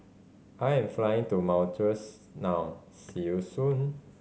I am flying to Mauritius now see you soon